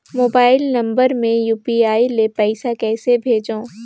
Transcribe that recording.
Mobile number मे UPI ले पइसा कइसे भेजवं?